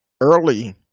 Early